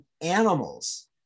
animals